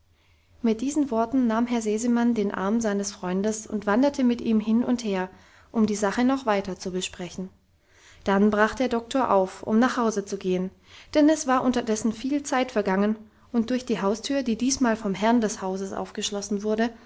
mit diesen worten nahm herr sesemann den arm seines freundes und wanderte mit ihm hin und her um die sache noch weiter zu besprechen dann brach der doktor auf um nach hause zu gehen denn es war unterdessen viel zeit vergangen und durch die haustür die diesmal vom herrn des hauses aufgeschlossen wurde